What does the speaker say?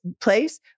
place